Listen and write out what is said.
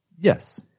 Yes